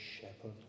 shepherd